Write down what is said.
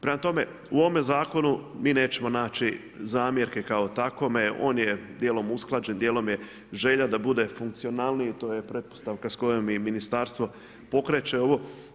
Prema tome u ovome zakonu mi nećemo naći zamjerke kao takvome, on je dijelom usklađen, dijelom je želja da bude funkcionalniji to je pretpostavka s kojom i ministarstvo pokreće ovo.